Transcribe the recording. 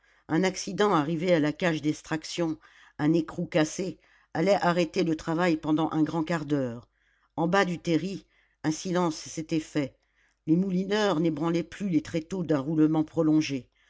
un accident arrivé à la cage d'extraction un écrou cassé allait arrêter le travail pendant un grand quart d'heure en bas du terri un silence s'était fait les moulineurs n'ébranlaient plus les tréteaux d'un roulement prolongé